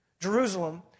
Jerusalem